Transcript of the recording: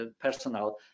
personal